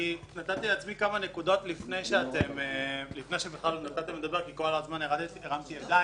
נתתי לעצמי כמה נקודות לפני שנתתם לדבר כי כל הזמן הרמתי ידיים.